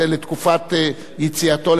זה הצעת חוק מהפכנית.